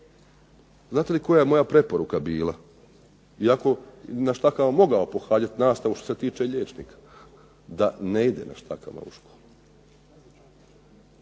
Znate li koja je moja preporuka bila, iako bi na štakama mogao pohađati nastavu što se tiče liječnika, da ne ide na štakama u školu.